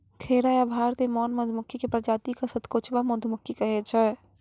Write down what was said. खैरा या भारतीय मौन मधुमक्खी के प्रजाति क सतकोचवा मधुमक्खी कहै छै